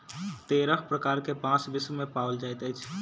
तेरह प्रकार के बांस विश्व मे पाओल जाइत अछि